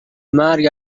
مرگ